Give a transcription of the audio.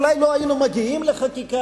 אולי לא היינו מגיעים לחקיקה,